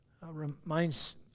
Reminds